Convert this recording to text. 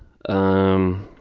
on